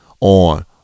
on